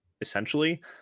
essentially